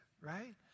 right